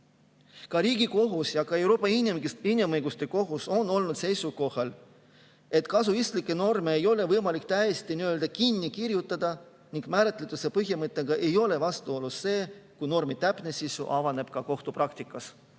Ka Riigikohus ja Euroopa Inimõiguste Kohus on olnud seisukohal, et kasuistlikke norme ei ole võimalik täiesti nii-öelda kinni kirjutada ning määratletuse põhimõttega ei ole vastuolus, kui normi täpne sisu avaneb kohtupraktikas.